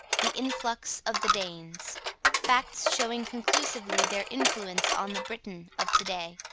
the influx of the danes facts showing conclusively their influence on the briton of to-day